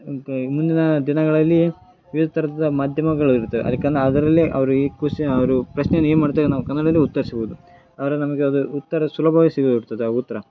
ಅಂತ ಮುಂದಿನ ದಿನಗಳಲ್ಲಿ ವಿವ್ದ ಥರದ ಮಾಧ್ಯಮಗಳಿರುತ್ತವೆ ಅದ್ಕನ್ ಅದರಲ್ಲಿ ಅವ್ರು ಈ ಕ್ವಶ ಅವರು ಪ್ರಶ್ನೆನ ಏನು ಮಾಡ್ತಾರೆ ನಾವು ಕನ್ನಡದಲ್ಲಿ ಉತ್ತರಿಸ್ಬೋದು ಆದ್ರೆ ನಮಿಗೆ ಅದು ಉತ್ತರ ಸುಲಭವಾಗ್ ಸಿಗುತ್ತದೆ ಆ ಉತ್ತರ